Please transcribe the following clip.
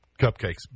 Cupcake's